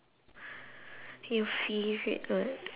your favourite know